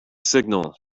signal